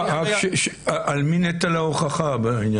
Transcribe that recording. על מי נטל ההוכחה בעניין?